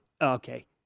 Okay